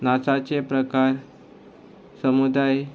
नाचाचे प्रकार समुदाय